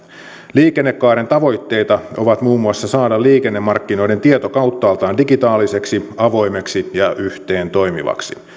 liikennekaaren tavoitteita on muun muuassa saada liikennemarkkinoiden tieto kauttaaltaan digitaaliseksi avoimeksi ja yhteentoimivaksi